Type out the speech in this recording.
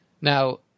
Now